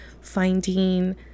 finding